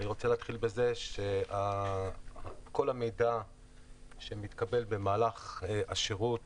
אני רוצה להתחיל בזה שכל המידע שמתקבל במהלך השירות